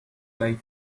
life